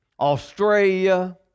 Australia